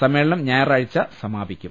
സമ്മേളനം ഞായറാഴ്ച സമാപിക്കും